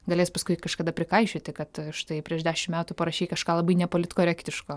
galės paskui kažkada prikaišioti kad štai prieš dešimt metų parašei kažką labai nepolitkorektiško